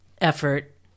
effort